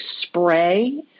spray